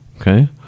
okay